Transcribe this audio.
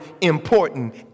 important